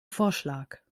vorschlag